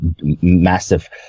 massive